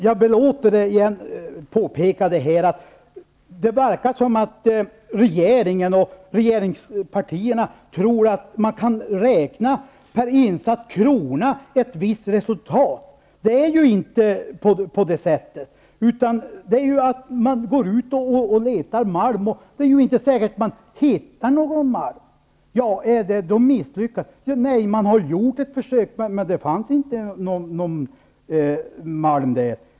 Jag vill återigen påpeka att det verkar som om regeringen och regeringspartierna tror att man kan få fram ett visst resultat per insatt krona. Det är inte på det sättet. Man går ut och letar malm, och det är inte säkert att man hittar någon malm -- är det då misslyckat? Nej, man har ju gjort ett försök, och det visade sig att det inte fanns någon malm där.